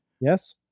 Yes